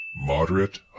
Moderate